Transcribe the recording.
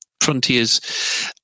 Frontier's